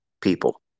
people